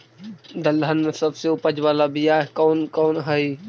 दलहन में सबसे उपज बाला बियाह कौन कौन हइ?